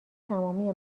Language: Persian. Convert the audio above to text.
تمامی